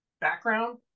background